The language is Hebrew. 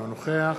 אינו נוכח